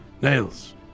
Nails